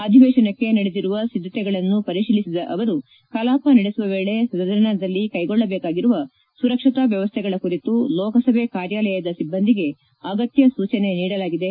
ಅಧಿವೇಶನಕ್ಕೆ ನಡೆದಿರುವ ಸಿದ್ದತೆಗಳನ್ನು ಪರಿಶೀಲಿಸಿದ ಅವರು ಕಲಾಪ ನಡೆಸುವ ವೇಳೆ ಸದನದಲ್ಲಿ ಕೈಗೊಳ್ಳಜೇಕಾಗಿರುವ ಸುರಕ್ಷತಾ ವ್ಯವಸ್ಥೆಗಳ ಕುರಿತು ಲೋಕಸಭೆ ಕಾರ್ಯಾಲಯದ ಸಿಬ್ಬಂದಿಗೆ ಅಗತ್ಯ ಸೂಚನೆ ನೀಡಲಾಗಿದೆ